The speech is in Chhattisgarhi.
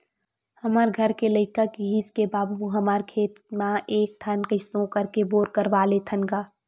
हमर घर के लइका किहिस के बाबू हमर खेत म एक ठन कइसनो करके बोर करवा लेतेन गा